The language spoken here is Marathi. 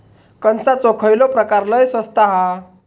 कणसाचो खयलो प्रकार लय स्वस्त हा?